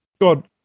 God